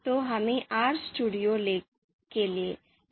तो हमें RStudio खोलें